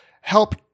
help